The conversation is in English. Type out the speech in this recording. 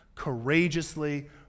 courageously